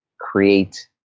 create